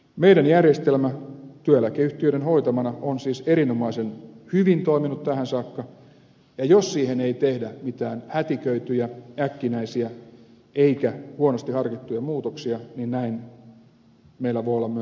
meidän järjestelmämme työeläkeyhtiöiden hoitamana on siis erinomaisen hyvin toiminut tähän saakka ja jos siihen ei tehdä mitään hätiköityjä äkkinäisiä eikä huonosti harkittuja muutoksia niin näin meillä voi olla myös tulevaisuudessa